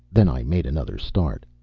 then i made another start.